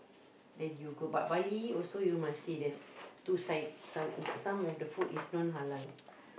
then you go but Bali also you must see there is two side some some of the food is non Halal